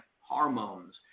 hormones